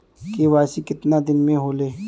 KYC कितना दिन में होले?